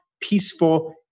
peaceful